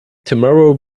tomorrow